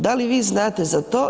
Da li vi znate za to?